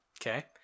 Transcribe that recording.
okay